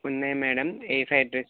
ఉన్నాయి మేడమ్ ఏ fried rice